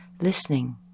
listening